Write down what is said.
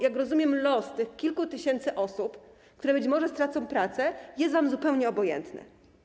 Jak rozumiem, los tych kilku tysięcy osób, które być może stracą pracę, jest wam zupełnie obojętny.